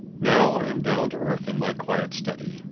now i am down to earth in my quiet study.